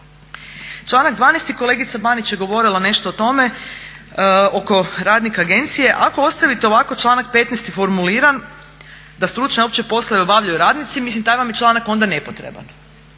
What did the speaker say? Članak 12.kolegica Banić je govorila nešto o tome oko radnika agencije, ako ostavite ovako članak 15.formuliran da stručne opće poslove obavljaju radnici mislim taj vam je članak onda nepotreban.